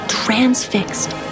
transfixed